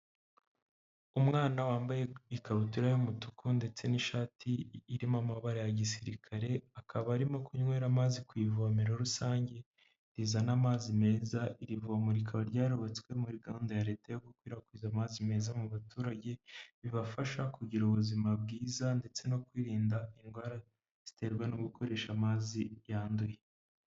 Umwana wambaye ikabutura y'umutuku ndetse n'ishati irimo amabara ya gisirikare, akaba arimo kunywera amazi ku ivomero rusange rizana amazi meza, iri vomero rikaba ryarubatswe muri gahunda ya leta yo gukwirakwiza amazi meza mu baturage, bibafasha kugira ubuzima bwiza ndetse no kwirinda indwara ziterwa no gukoresha amazi yanduye.